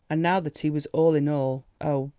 and now that he was all in all, oh,